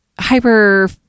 hyper